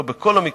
לא בכל המקצועות,